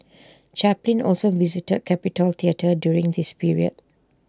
Chaplin also visited capitol theatre during this period